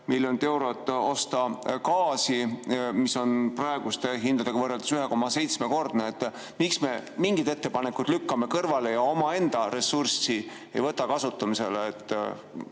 miljoni euro eest gaasi, mis on praeguste hindadega võrreldes 1,7-kordne hind. Miks me mingid ettepanekud lükkame kõrvale ja omaenda ressurssi ei võta kasutusele?